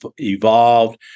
evolved